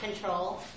Control